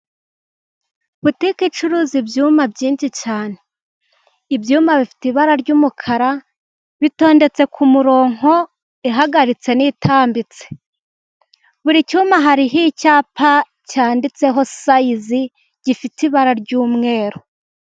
Butike icuruza ibyuma byinshi cyane. Ibyuma bifite ibara ry'umukara, bitondetse ku mirongo ihagaritse n'itambitse. Buri cyuma hariho icyapa cyanditseho sayize gifite ibara ry'umweru.